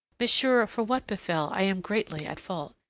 monsieur, for what befell i am greatly at fault.